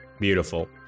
Beautiful